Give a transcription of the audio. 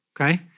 okay